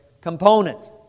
component